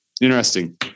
interesting